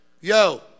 yo